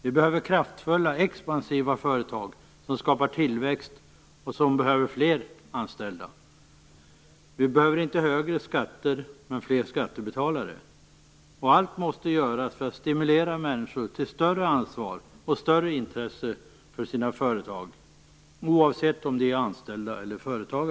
Vi behöver kraftfulla expansiva företag som skapar tillväxt och som behöver fler anställda. Vi behöver inte högre skatter, men väl fler skattebetalare. Allt måste göras för att stimulera människor, oavsett om de är anställda eller företagare, till ett större ansvar och ett större intresse för sina företag.